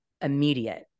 immediate